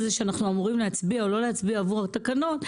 אמורים להצביע או לא עבור התקנות,